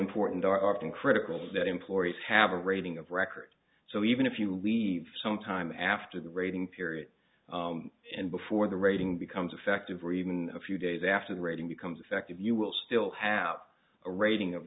important are often critical that employees have a rating of record so even if you leave sometime after the rating period and before the rating becomes effective or even a few days after the rating becomes effective you will still have a rating of